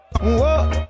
whoa